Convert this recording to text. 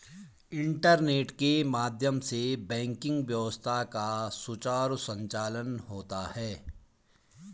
internet के माध्यम से बैंकिंग व्यवस्था का सुचारु संचालन होता है